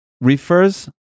refers